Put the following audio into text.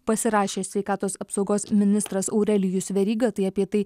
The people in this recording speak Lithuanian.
pasirašė sveikatos apsaugos ministras aurelijus veryga tai apie tai